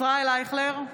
(קוראת בשמות חברי הכנסת) ישראל אייכלר,